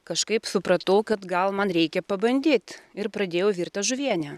kažkaip supratau kad gal man reikia pabandyt ir pradėjau virt tą žuvienę